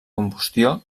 combustió